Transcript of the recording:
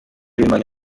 uwimana